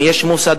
אם יש מוסדות,